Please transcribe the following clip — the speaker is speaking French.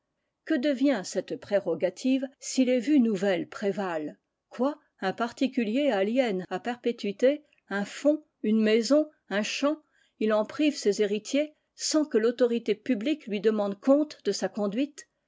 que devient cette prérogative si les vues nouvelles prévalent quoi un particulier aliène à perpétuité un fonds une maison un champ il en prive ses héritiers sans que l'autorité publique lui demande compte de sa conduite